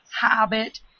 habit